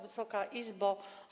Wysoka Izbo!